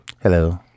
hello